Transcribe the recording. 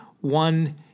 One